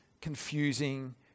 confusing